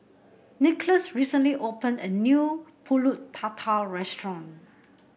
Nicklaus recently opened a new pulut Tatal restaurant